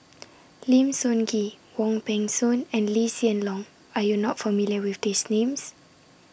Lim Sun Gee Wong Peng Soon and Lee Hsien Loong Are YOU not familiar with These Names